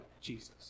Jesus